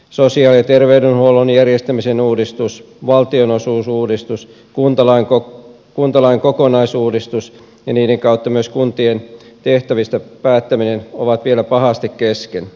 sosiaali ja terveydenhuollon järjestämisen uudistus valtionosuusuudistus kuntalain kokonaisuudistus ja niiden kautta myös kuntien tehtävistä päättäminen ovat vielä pahasti kesken